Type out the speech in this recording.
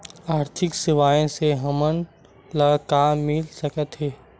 आर्थिक सेवाएं से हमन ला का मिल सकत हे?